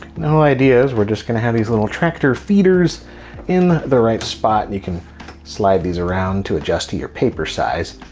no ideas we're just gonna have these little tractor feeders in the right spot. you can slide these around to adjust to your paper size.